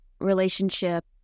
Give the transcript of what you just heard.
relationship